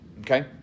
okay